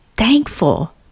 Thankful